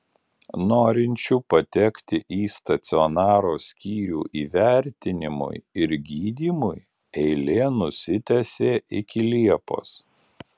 norinčių patekti į stacionaro skyrių įvertinimui ir gydymui eilė nusitęsė iki liepos